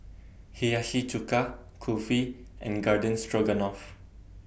Hiyashi Chuka Kulfi and Garden Stroganoff